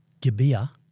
Gibeah